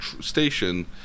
station